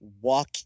walk